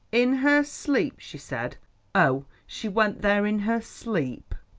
in her sleep, she said oh, she went there in her sleep!